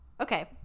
Okay